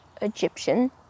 Egyptian